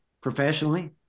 professionally